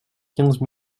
quinze